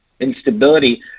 instability